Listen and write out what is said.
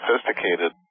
sophisticated